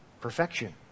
Perfection